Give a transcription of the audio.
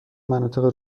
مناطق